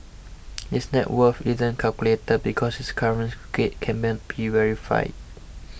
his net worth isn't calculated because his current K be verified